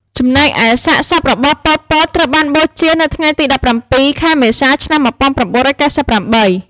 ចំណែកឯសាកសពរបស់ ប៉ុល ពត ត្រូវបានបូជា នៅថ្ងៃទី១៧ ខែមេសា ឆ្នាំ១៩៩៨។